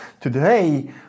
Today